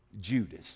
Judas